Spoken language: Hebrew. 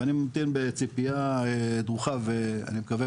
ואני ממתין בציפייה דרוכה ואני מקווה